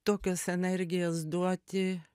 tokios energijos duoti